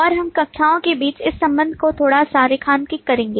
और हम कक्षाओं के बीच इस संबंध को थोड़ा सा रेखांकित करेंगे